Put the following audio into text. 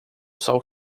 sol